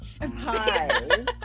hi